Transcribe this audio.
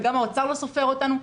וגם האוצר לא סופר אותנו.